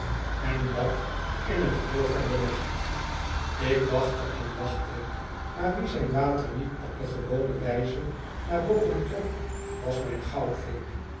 en dat in t holle van den nacht ik wachtte en wachtte maar wie zijn water niet op de gewone wijze naar boven trok was mijn